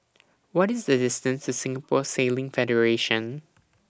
What IS The distance to Singapore Sailing Federation